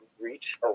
reach